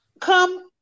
come